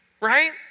right